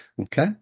okay